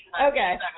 okay